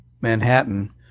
Manhattan